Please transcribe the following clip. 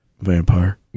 vampire